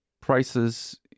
prices